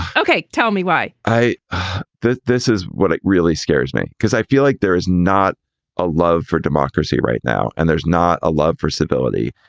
okay. tell me why i think this is what really scares me, because i feel like there is not a love for democracy right now. and there's not. a love for stability.